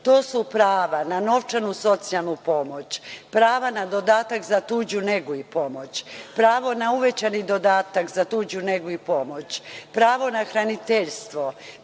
To su prava na novčanu socijalnu pomoć. Prava na dodatak na tuđu negu i pomoć, pravo na uvećani dodatak za tuđu negu i pomoć, pravo na hraniteljstvo,